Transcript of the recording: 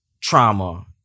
trauma